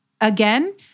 again